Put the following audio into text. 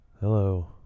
hello